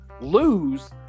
lose